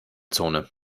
zone